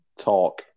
talk